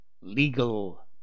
legal